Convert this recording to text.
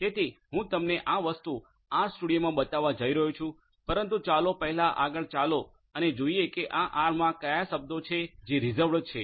તેથી હું તમને આ વસ્તુ આરસ્ટુડિયોમાં બતાવવા જઈ રહ્યો છું પરંતુ ચાલો પહેલા આગળ ચાલો અને જોઈએ કે આ આરમા કયા શબ્દો છે જે રીઝર્વડ છે